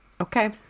Okay